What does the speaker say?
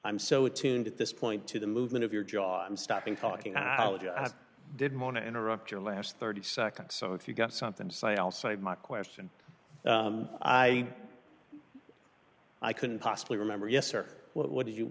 i'm so it tuned at this point to the movement of your jaw i'm stopping talking i didn't want to interrupt your last thirty seconds so if you got something to say i'll save my question i i couldn't possibly remember yes or what